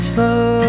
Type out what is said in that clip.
Slow